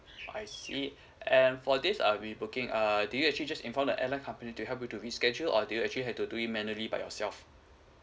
I see uh and for this uh rebooking uh do you actually just inform the airline company to help you to reschedule or do you actually have to do it manually by yourself